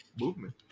movement